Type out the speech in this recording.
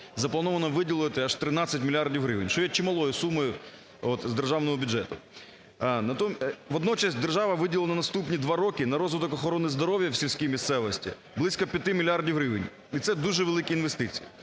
заплановано виділити аж 13 мільярдів гривень, що є чималою сумою з державного бюджету. Водночас держава виділила на наступні 2 роки, на розвиток охорони здоров'я в сільській місцевості близько 5 мільярдів гривень і це дуже великі інвестиції,